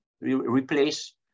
replace